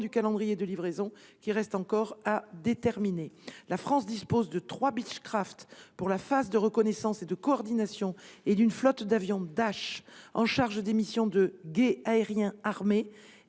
du calendrier de livraison, qui reste encore à déterminer. En outre, la France dispose de trois Beechcraft pour la phase de reconnaissance et de coordination, ainsi que d'une flotte d'avions Dash en charge des missions de guet aérien armé